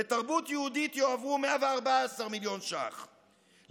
לתרבות יהודית יועברו 114 מיליון שקל,